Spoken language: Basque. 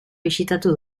bisitatu